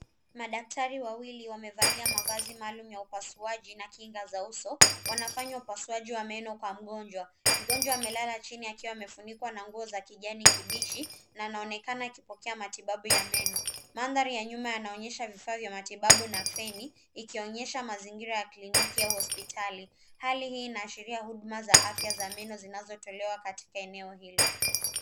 Madaktari wawili wamevalia mavazi maalum ya upasuaji na kinga za uso wanafanya upasuaji wa meno kwa mgonjwa. Mgonjwa amelala chini akiwa amefunikwa nguo za kijani kibichi na anaonekana akipokea matibabu ya meno. Mandhari ya nyuma yanaonyesha vifaa vya matibabu na feni ikionyesha mazingira ya kliniki au hospitali. Hali hii inaashiria huduma za afya za meno zinazotolewa katika eneo hili.